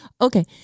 Okay